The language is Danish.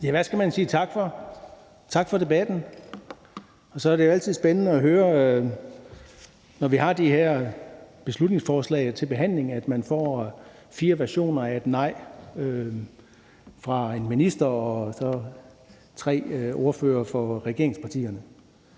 Hvad skal man sige tak for? Tak for debatten. Det er jo altid spændende, når vi har de her beslutningsforslag til behandling, at høre de fire versioner af et nej, man får, et fra en minister og så tre fra de tre ordførere for regeringspartierne.